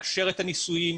לאשר את הניסויים,